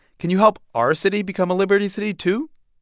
can you help our city become a liberty city, too?